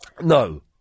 No